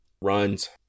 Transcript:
runs